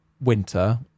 winter